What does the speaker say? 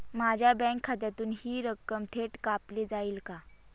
माझ्या बँक खात्यातून हि रक्कम थेट कापली जाईल का?